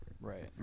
right